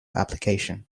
application